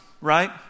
right